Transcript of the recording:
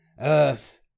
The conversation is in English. Earth